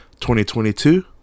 2022